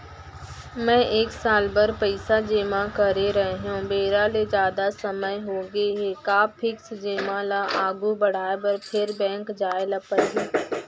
मैं एक साल बर पइसा जेमा करे रहेंव, बेरा ले जादा समय होगे हे का फिक्स जेमा ल आगू बढ़ाये बर फेर बैंक जाय ल परहि?